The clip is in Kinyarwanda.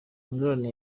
ingorane